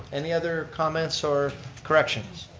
any other comments or corrections?